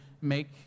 make